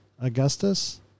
Augustus